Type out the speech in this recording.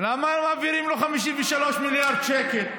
למה מעבירים לו 53 מיליארד שקל?